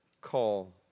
call